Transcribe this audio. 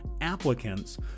applicants